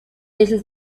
little